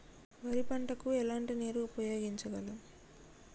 వరి పంట కు ఎలాంటి నీరు ఉపయోగించగలం?